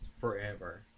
forever